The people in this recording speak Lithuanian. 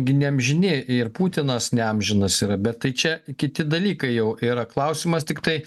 gi neamžini ir putinas neamžinas yra bet tai čia kiti dalykai jau yra klausimas tiktai